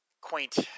quaint